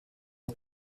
est